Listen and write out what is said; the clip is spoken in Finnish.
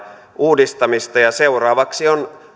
uudistamista ja seuraavaksi on